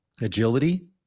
agility